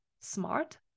smart